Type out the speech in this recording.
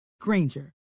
Granger